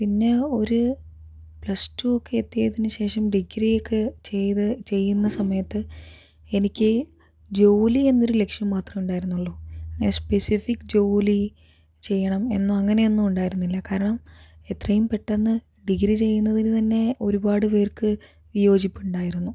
പിന്നെ ഒരു plus two ഒക്കെ എത്തിയതിന് ശേഷം ഡിഗ്രിയൊക്കെ ചെയ്ത് ചെയ്യുന്ന സമയത്ത് എനിക്ക് ജോലി എന്നൊരു ലക്ഷ്യം മാത്രേ ഉണ്ടായിരുന്നുള്ളു എ സ്പെസിഫിക് ജോലി ചെയ്യണം എന്നോ അങ്ങനെ ഒന്നും ഉണ്ടായിരുന്നില്ല കാരണം എത്രയും പെട്ടന്ന് ഡിഗ്രി ചെയ്യുന്നതിന് തന്നെ ഒരുപാട് പേർക്ക് വിയോജിപ്പുണ്ടായിരുന്നു